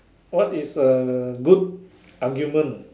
what is a good argument